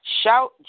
Shout